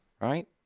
right